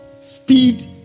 speed